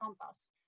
Compass